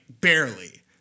barely